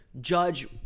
judge